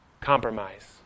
compromise